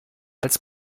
als